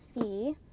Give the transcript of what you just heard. Fee